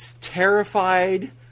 terrified